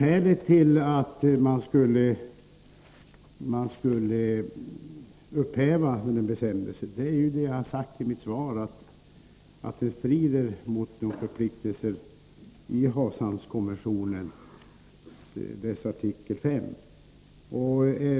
Herr talman! Skälet till att upphäva bestämmelsen är, som jag har sagt i mitt svar, att den strider emot förpliktelserna i havshamnskonventionens artikel 5.